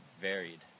varied